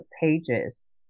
pages